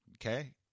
Okay